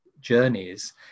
journeys